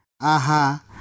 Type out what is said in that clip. aha